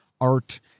art